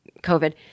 COVID